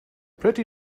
pretty